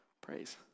praise